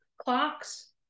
clocks